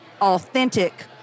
authentic